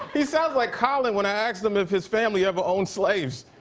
he sounds like colin when i asked him if his family ever owned slaves